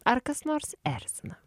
ar kas nors erzina